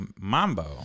Mambo